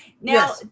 Now